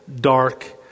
dark